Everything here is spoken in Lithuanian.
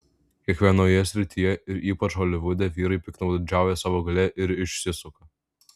kiekvienoje srityje ir ypač holivude vyrai piktnaudžiauja savo galia ir išsisuka